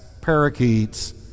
parakeets